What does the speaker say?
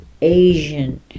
Asian